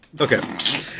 Okay